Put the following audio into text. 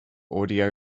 audio